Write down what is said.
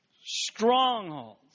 strongholds